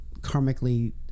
karmically